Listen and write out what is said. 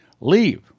leave